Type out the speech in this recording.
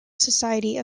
society